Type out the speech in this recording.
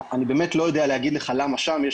אני באמת לא יודע להגיד לך למה שם יש